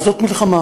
אבל זאת מלחמה.